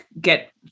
get